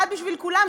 אחד בשביל כולם,